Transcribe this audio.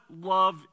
love